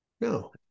No